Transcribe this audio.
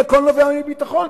כי הכול נובע מביטחון.